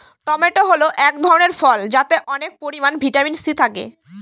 tomato হল এক ধরনের ফল যাতে অনেক পরিমান ভিটামিন সি থাকে